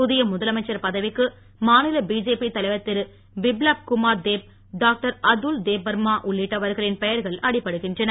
புதிய முதலமைச்சர் பதவிக்கு மாநில பிஜேபி தலைவர் திருபிப்லப் குமார் தேப் டாக்டர் அதுல் தேப்பர்மா உள்ளிட்டவர்களின் பெயர்கள் அடிப்படுகின்றன